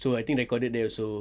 so I think recorded there also